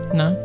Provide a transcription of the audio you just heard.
no